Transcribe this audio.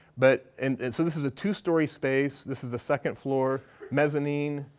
but and and so this is a two-story space. this is the second floor mezzanine,